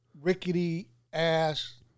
rickety-ass